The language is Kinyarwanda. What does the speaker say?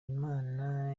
imana